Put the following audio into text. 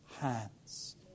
hands